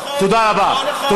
לא נכון.